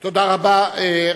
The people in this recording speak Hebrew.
תודה רבה.